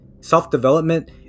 self-development